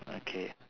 okay